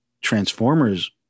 transformers